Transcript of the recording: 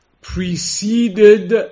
preceded